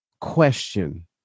question